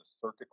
circuit